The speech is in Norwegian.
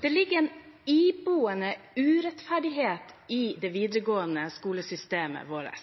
Det ligger en iboende urettferdighet i det videregående skolesystemet vårt.